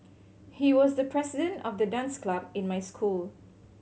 he was the president of the dance club in my school